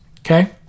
okay